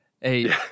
hey